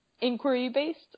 inquiry-based